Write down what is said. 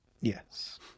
Yes